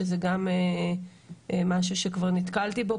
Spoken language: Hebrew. שזה גם משהו שכבר נתקלתי בו,